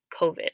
COVID